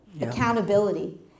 accountability